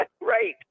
Right